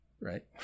right